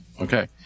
Okay